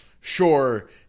sure